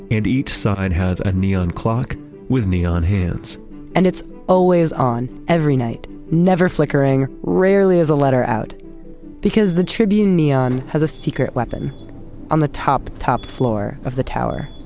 and each side has a neon clock with neon hands and it's always on every night, never flickering, rarely is a letter out because the tribune neon has a secret weapon on the top, top floor of the tower